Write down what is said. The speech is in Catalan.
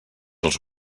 els